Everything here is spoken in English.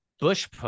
bush